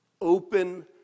open